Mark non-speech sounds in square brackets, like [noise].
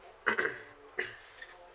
[coughs]